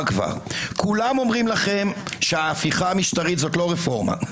כולם אומרים לכם שההפיכה המשטרית זאת לא רפורמה,